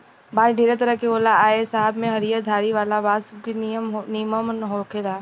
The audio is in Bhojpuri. बांस ढेरे तरह के होला आ ए सब में हरियर धारी वाला बांस निमन होखेला